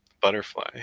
butterfly